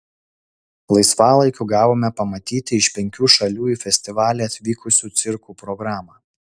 laisvalaikiu gavome pamatyti iš penkių šalių į festivalį atvykusių cirkų programą